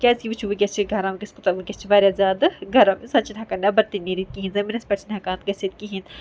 کیازِ کہِ وچھُو وٕنکیس چھُ گرم ونکیس چھُ واریاہ زیادٕ گَرم انسان چھُ نہٕ ہیکان نیبر تہِ نیرِتھ کہیٖنۍ زمَینس پٮ۪تھ چھُ نہٕ ہیکان گٔژھتھِ کہیٖنۍ